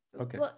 okay